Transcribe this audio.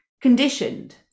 conditioned